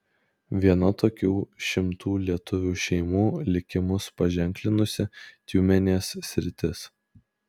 viena tokių šimtų lietuvių šeimų likimus paženklinusi tiumenės sritis